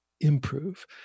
improve